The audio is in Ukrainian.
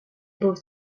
був